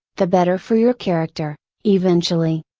the better for your character, eventually.